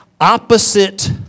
opposite